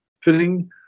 filling